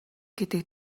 гэдэг